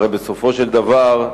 הרי בסופו של דבר,